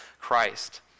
Christ